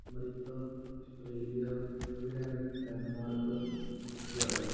America Australia New Zealand Denmark Israel